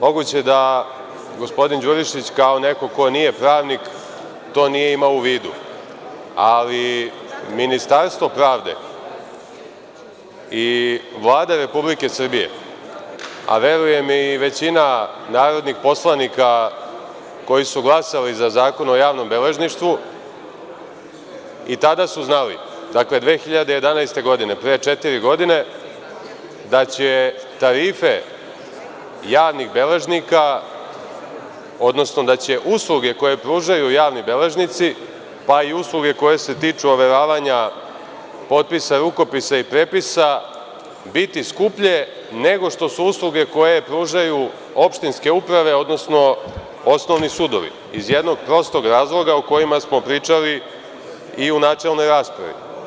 Moguće je da gospodin Đurišić, kao neko ko nije pravnik, to nije imao u vidu, ali Ministarstvo pravde i Vlada Republike Srbije, a verujem i većina narodnih poslanika koji su glasali za Zakon o javnom beležništvu i tada su znali, dakle 2011. godine, pre četiri godine, da će usluge koje pružaju javni beležnici, pa i usluge koje se tiču overavanja potpisa, rukopisa i prepisa biti skuplje nego što su usluge koje pružaju opštinske uprave, odnosno osnovni sudovi, iz jednog prostog razloga o kojem smo pričali i u načelnoj raspravi.